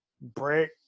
Break